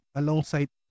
alongside